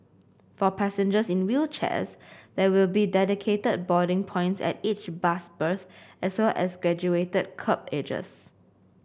for passengers in wheelchairs there will be dedicated boarding points at each bus berth as well as graduated kerb edges